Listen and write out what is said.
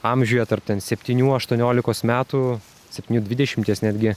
amžiuje tarp septynių aštuoniolikos metų septynių dvidešimties netgi